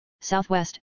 southwest